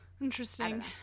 Interesting